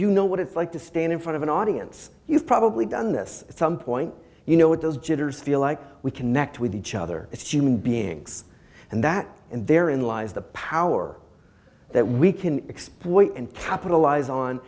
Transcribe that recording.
you know what it's like to stand in front of an audience you've probably done this at some point you know what those jitters feel like we connect with each other as human beings and that and therein lies the power that we can exploit and capitalize on